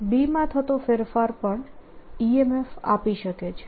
તેથી B માં થતો ફેરફાર પણ EMF આપી શકે છે